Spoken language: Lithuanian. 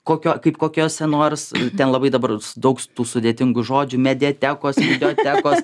kokio kaip kokiuose nors ten labai dabar daug tų sudėtingų žodžių mediatekos videotekos